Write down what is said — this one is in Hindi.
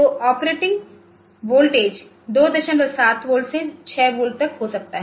तो ऑपरेटिंग वोल्टेज 27 वोल्ट से 6 वोल्ट तक हो सकता है